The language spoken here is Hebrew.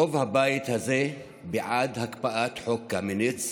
רוב הבית הזה בעד הקפאת חוק קמיניץ,